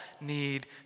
need